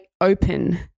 open